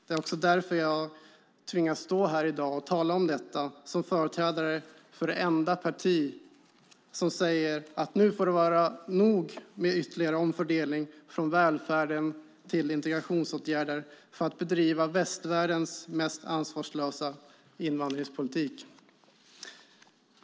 Det är också därför som jag tvingas stå här i dag och tala om detta som företrädare för det enda parti som säger att det nu får vara nog med ytterligare omfördelning från välfärden till integrationsåtgärder för att bedriva västvärldens mest ansvarslösa invandringspolitik.